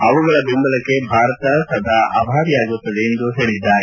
ಅವುಗಳ ಬೆಂಬಲಕ್ಕೆ ಭಾರತ ಸದಾ ಅಭಾರಿಯಾಗಿರುತ್ತದೆ ಎಂದು ಹೇಳಿದ್ದಾರೆ